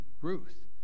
Ruth